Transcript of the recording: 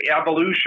evolution